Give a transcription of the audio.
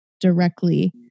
directly